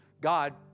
God